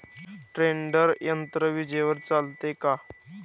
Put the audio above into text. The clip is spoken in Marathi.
टेडर यंत्र विजेवर चालते का?